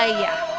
ah yeah.